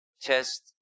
chest